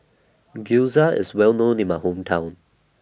Gyoza IS Well known in My Hometown